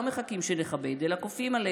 אבל עכשיו לא מחכים שנכבד, אלא כופים עלינו.